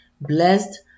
Blessed